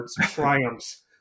triumphs